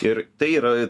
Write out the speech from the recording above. ir tai yra